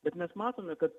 bet mes matome kad